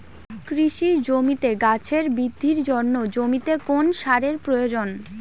কৃষি জমিতে গাছের বৃদ্ধির জন্য জমিতে কোন সারের প্রয়োজন?